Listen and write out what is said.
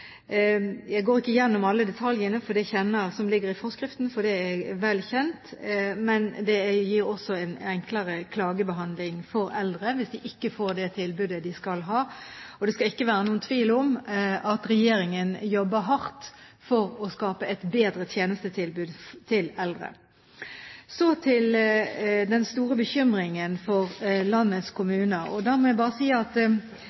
Jeg går ikke igjennom alle detaljene som ligger i forskriften, for det er vel kjent. Men det gir en enklere klagebehandling for eldre hvis de ikke får det tilbudet de skal ha, og det skal ikke være noen tvil om at regjeringen jobber hardt for å skape et bedre tjenestetilbud til eldre. Så til den store bekymringen for landets kommuner: Da må jeg bare si at